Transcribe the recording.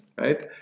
right